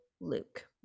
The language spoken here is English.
Luke